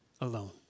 alone